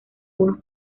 unos